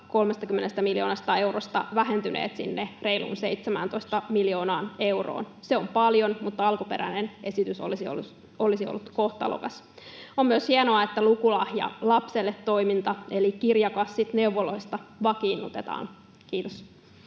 30 miljoonasta eurosta vähentyneet sinne reiluun 17 miljoonaan euroon. Se on paljon, mutta alkuperäinen esitys olisi ollut kohtalokas. On myös hienoa, että Lukulahja lapselle -toiminta eli kirjakassit neuvoloista vakiinnutetaan. — Kiitos.